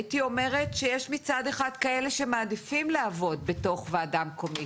הייתי אומרת שיש מצד אחד כאלה שמעדיפים לעבוד בתוך ועדה מקומית,